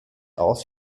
aus